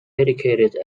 educated